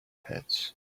pits